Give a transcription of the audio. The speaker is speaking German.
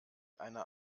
einer